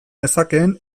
nezakeen